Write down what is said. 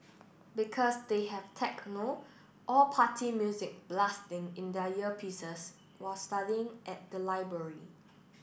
because they have techno or party music blasting in their earpieces while studying at the library